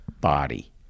body